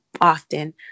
often